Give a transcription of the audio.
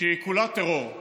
שהיא כולה טרור.